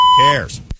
cares